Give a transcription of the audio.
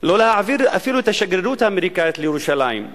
לא להעביר אפילו את השגרירות האמריקנית לירושלים,